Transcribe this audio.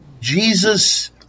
Jesus